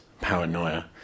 paranoia